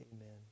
Amen